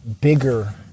bigger